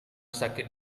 sakit